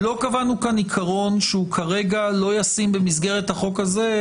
לא קבענו כאן עיקרון שהוא כרגע לא ישים במסגרת החוק הזה,